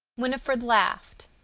winifred laughed.